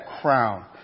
crown